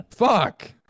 Fuck